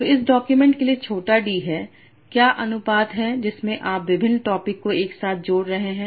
तो इस डॉक्यूमेंट के लिए छोटा d है क्या अनुपात है जिसमें आप विभिन्न टॉपिक को एक साथ जोड़ रहे हैं